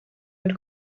mit